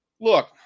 look